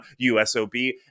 USOB